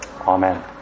Amen